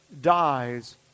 dies